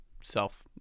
self